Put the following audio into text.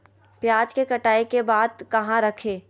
प्याज के कटाई के बाद कहा रखें?